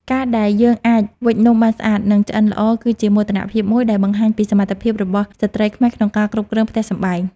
ការដែលយើងអាចវេចនំបានស្អាត និង ឆ្អិនល្អគឺជាមោទនភាពមួយដែលបង្ហាញពីសមត្ថភាពរបស់ស្ត្រីខ្មែរក្នុងការគ្រប់គ្រងផ្ទះសម្បែង។